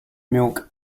milk